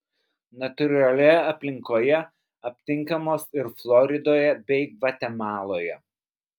natūralioje aplinkoje aptinkamos ir floridoje bei gvatemaloje